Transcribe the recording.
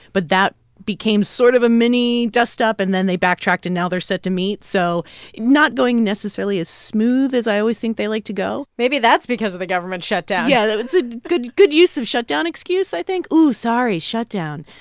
but that became sort of a mini-dustup, and then they backtracked, and now they're set to meet so not going necessarily as smooth as i always think they like to go maybe that's because of the government shutdown yeah, that's a good good use of shutdown excuse, i think. oh, sorry shutdown.